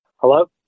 Hello